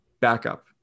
backup